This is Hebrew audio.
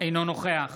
אינו נוכח